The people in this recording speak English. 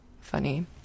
funny